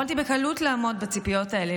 יכולתי בקלות לעמוד בציפיות האלה,